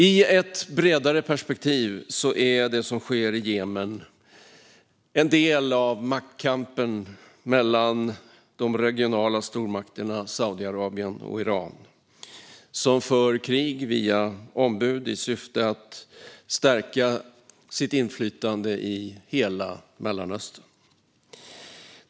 I ett bredare perspektiv är det som sker i Jemen en del av maktkampen mellan de regionala stormakterna Saudiarabien och Iran, som för krig via ombud i syfte att stärka sitt inflytande i hela Mellanöstern.